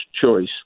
choice